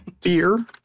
Beer